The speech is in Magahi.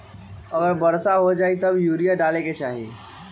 अगर वर्षा हो जाए तब यूरिया डाले के चाहि?